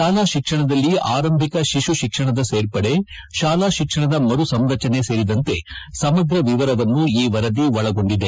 ಶಾಲಾ ಶಿಕ್ಷಣದಲ್ಲಿ ಆರಂಭಿಕ ಶಿಶು ಶಿಕ್ಷಣದ ಸೇರ್ಪಡೆ ಶಾಲಾ ಶಿಕ್ಷಣದ ಮರು ಸಂರಚನೆ ಸೇರಿದಂತೆ ಸಮಗ್ರವಾದ ವಿವರವನ್ನು ಈ ವರದಿ ಒಳಗೊಂಡಿದೆ